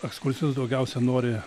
ekskursijos daugiausiai nori